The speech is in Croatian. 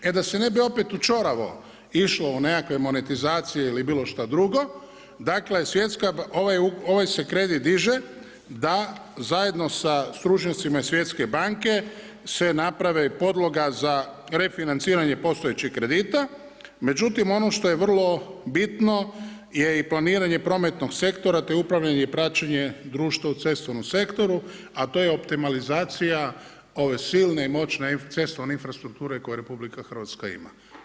E da se ne bi opet u čoravo išlo u nekakve monetizacije ili bilo što drugo, dakle, ovaj se kredit diže, da zajedno sa stručnjacima iz Svjetske banke se naprave podloga za refinanciranje postojećeg kredita, međutim ono što je vrlo bitno je i planiranje prometnog sektora te upravljanje i praćenje društva u cestovnom sektoru, a to je optimalizacija ove silne i moćne cestovne infrastrukture koje RH ima.